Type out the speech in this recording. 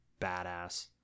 badass